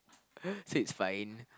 so it's fine